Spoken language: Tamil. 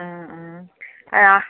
ம் ம் ஆ